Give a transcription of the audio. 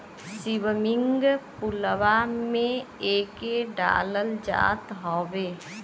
swimming पुलवा में एके डालल जात हउवे